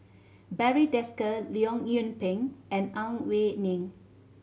Barry Desker Leong Yoon Pin and Ang Wei Neng